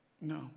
no